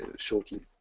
shortly.